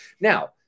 Now